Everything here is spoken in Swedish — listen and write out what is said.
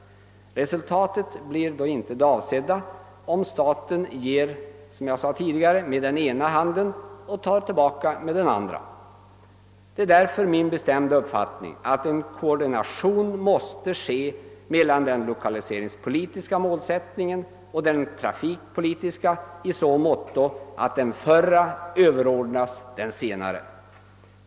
Resultatet blir inte det avsedda, om staten — som jag tidigare sade — ger med den ena handen och tar tillbaka med den andra. Det är därför min bestämda uppfattning, att en koordination måste ske mellan den lokaliseringspolitiska målsättningen och den trafikpolitiska i så måtto, att den förra överordnas den senare.